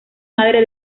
madre